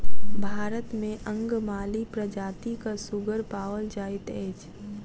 भारत मे अंगमाली प्रजातिक सुगर पाओल जाइत अछि